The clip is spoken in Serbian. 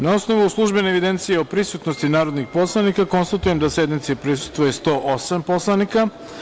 Na osnovu službene evidencije o prisutnosti narodnih poslanika, konstatujem da sednici prisustvuje 108 narodnih poslanika.